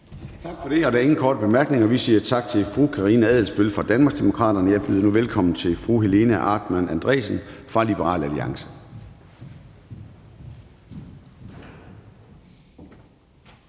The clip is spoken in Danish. Tak for det. Der er ingen korte bemærkninger. Vi siger tak til fru Karina Adsbøl fra Danmarksdemokraterne. Jeg byder nu velkommen til fru Helena Artmann Andresen fra Liberal Alliance.